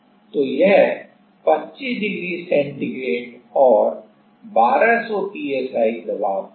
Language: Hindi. तो यह 25 डिग्री सेंटीग्रेड और 1200 psi दबाव पर है